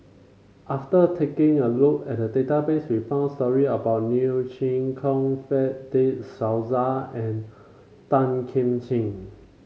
after taking a look at the database we found story about Neo Chwee Kok Fred De Souza and Tan Kim Ching